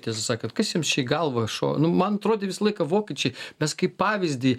tiesą sakant kas jiems čia į galvą šo nu man atrodė visą laiką vokiečiai mes kaip pavyzdį